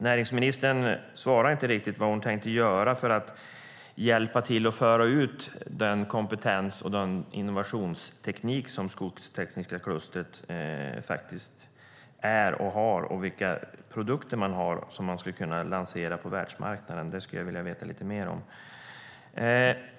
Näringsministern svarar inte riktigt på vad hon tänker göra för att hjälpa till att föra ut den kompetens och den innovationsteknik som Skogstekniska klustret är och har och vilka produkter man har som man skulle kunna lansera på världsmarknaden. Det skulle jag vilja veta lite mer om.